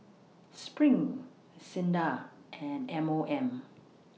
SPRING SINDA and M O M